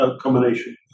combination